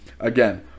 again